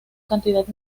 cantidad